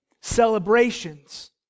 celebrations